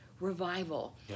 revival